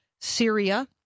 Syria